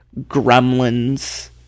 Gremlins